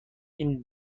این